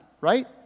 right